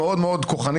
איך נאמרות כאן חצאי